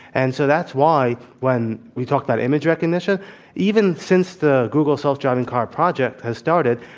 and so, that's why when we talk about image recognition even since the google self-driving car project has started,